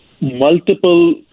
multiple